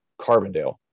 Carbondale